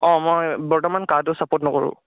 অঁ মই বৰ্তমান কাটো ছাপোৰ্ট নকৰোঁ